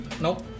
Nope